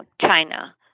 China